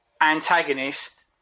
antagonist